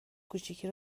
کوچیکی